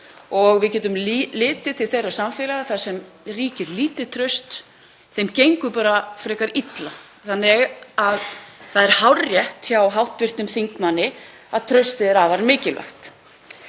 Við getum líka litið til þeirra samfélaga þar sem ríkir lítið traust. Þeim gengur bara frekar illa. Þannig að það er hárrétt hjá hv. þingmanni að traustið er afar mikilvægt.